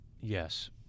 Yes